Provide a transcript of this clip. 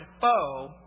foe